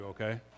okay